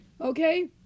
Okay